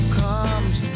comes